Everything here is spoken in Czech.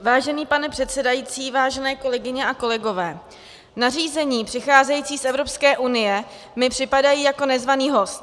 Vážený pane předsedající, vážené kolegyně a kolegové, nařízení přicházející z Evropské unie mi připadají jako nezvaný host.